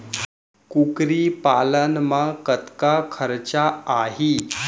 कुकरी पालन म कतका खरचा आही?